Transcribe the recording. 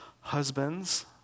husbands